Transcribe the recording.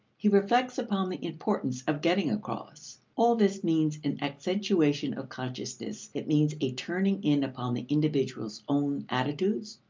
he reflects upon the importance of getting across. all this means an accentuation of consciousness it means a turning in upon the individual's own attitudes,